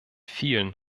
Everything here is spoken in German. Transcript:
vielen